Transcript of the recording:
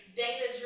data